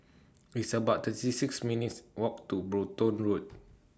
It's about thirty six minutes' Walk to Brompton Road